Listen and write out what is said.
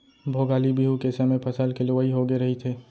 भोगाली बिहू के समे फसल के लुवई होगे रहिथे